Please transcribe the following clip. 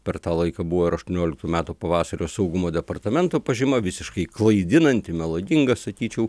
per tą laiką buvo ir aštuonioliktų metų pavasario saugumo departamento pažyma visiškai klaidinanti melaginga sakyčiau